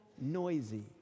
noisy